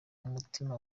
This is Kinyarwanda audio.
umutima